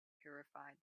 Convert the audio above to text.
purified